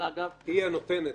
היא הנותנת,